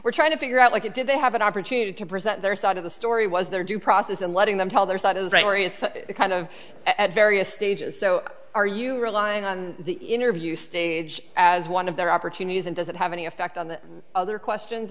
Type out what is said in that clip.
were trying to figure out like it did they have an opportunity to present their side of the story was their due process and letting them tell their side is right larry it's kind of at various stages so are you relying on the interview stage as one of their opportunities and does it have any effect on the other questions